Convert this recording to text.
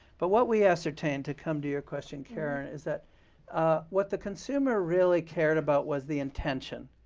but what we ascertained, to come to your question, karen, is that what the consumer really cared about was the intention.